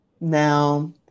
Now